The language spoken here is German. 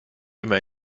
immer